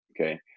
okay